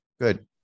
good